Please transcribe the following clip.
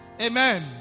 Amen